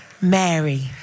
Mary